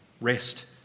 Rest